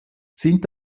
sind